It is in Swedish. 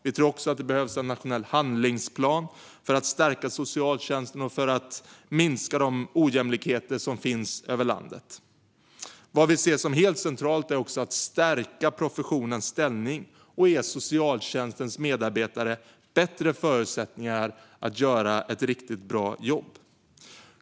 Vi tror också att det behövs en nationell handlingsplan för att stärka socialtjänsten och för att minska de ojämlikheter som finns över landet. Vad vi ser som helt centralt är att stärka professionens ställning och ge socialtjänstens medarbetare bättre förutsättningar att göra ett riktigt bra jobb.